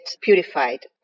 purified